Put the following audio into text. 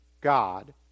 God